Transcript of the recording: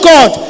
God